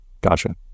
Gotcha